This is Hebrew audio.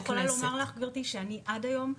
אני יכולה לומר לך גבירתי שאני עד היום,